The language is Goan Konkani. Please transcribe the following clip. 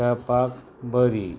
खेळपाक बरी